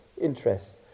interests